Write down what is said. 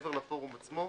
מעבר לפורום עצמו,